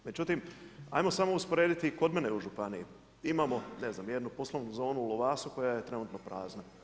Međutim, hajmo samo usporediti kod mene u županiji imamo jednu poslovnu zonu u Lovasu koja je trenutno prazna.